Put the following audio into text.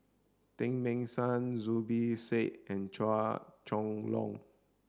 Teng Mah Seng Zubir Said and Chua Chong Long